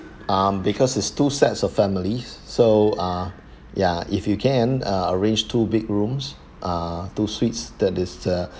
um because it's two sets of families so ah yeah if you can ah arrange two bedrooms uh two suites that is uh